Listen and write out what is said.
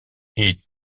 est